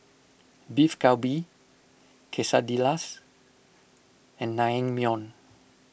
Beef Galbi Quesadillas and Naengmyeon